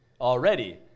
already